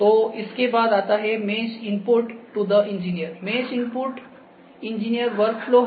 तो इसके बाद आता है mesh input to the engineer mesh input engineer workflow है